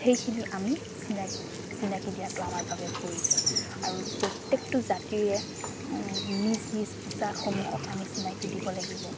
সেইখিনি আমি চিনাকি চিনাকি দিয়াতো আমাৰ বাবে প্ৰয়োজন আৰু প্ৰত্যেকটো জাতিৰে নিজ নিজ পোচাকসমূহক আমি চিনাকি দিব লাগিব